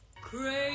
Crazy